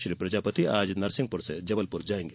श्री प्रजापति आज नरसिंहपुर से जबलपुर जायेंगे